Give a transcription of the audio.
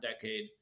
decade